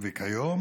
וכיום